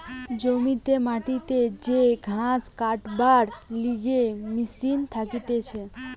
জমিতে মাটিতে যে ঘাস কাটবার লিগে মেশিন থাকতিছে